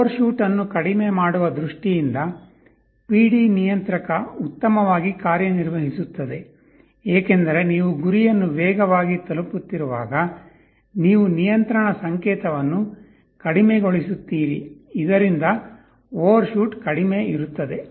overshoot ಅನ್ನು ಕಡಿಮೆ ಮಾಡುವ ದೃಷ್ಟಿಯಿಂದ PD ನಿಯಂತ್ರಕ ಉತ್ತಮವಾಗಿ ಕಾರ್ಯನಿರ್ವಹಿಸುತ್ತದೆ ಏಕೆಂದರೆ ನೀವು ಗುರಿಯನ್ನು ವೇಗವಾಗಿ ತಲುಪುತ್ತಿರುವಾಗ ನೀವು ನಿಯಂತ್ರಣ ಸಂಕೇತವನ್ನು ಕಡಿಮೆಗೊಳಿಸುತ್ತೀರಿ ಇದರಿಂದ ಓವರ್ಶೂಟ್ ಕಡಿಮೆ ಇರುತ್ತದೆ